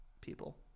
People